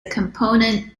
component